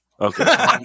Okay